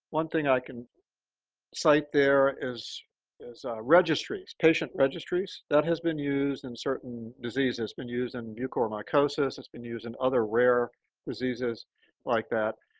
one thing i can cite there is is registries, patient registries that has been used in certain diseases. it's been used in mucormycosis has been used in other rare diseases like that.